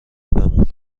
بمون